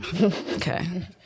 Okay